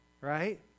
right